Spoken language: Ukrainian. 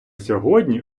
сьогодні